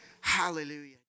Hallelujah